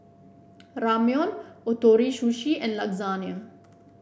Ramyeon Ootoro Sushi and Lasagne